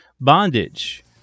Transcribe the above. bondage